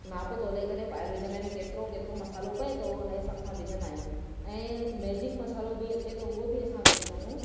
नापु तोले करे ॿाहिरि विझण में केतिरो केतिरो मसालो पए थो उन हिसाब सां विझंदा आहियूं ऐं मैजिक मसालो बि अचे थो उहो बि असां विझंदा आहियूं